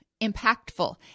impactful